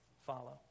follow